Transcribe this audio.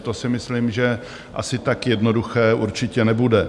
To si myslím, že asi tak jednoduché určitě nebude.